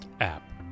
app